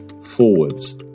forwards